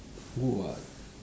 good [what]